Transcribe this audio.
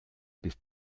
bis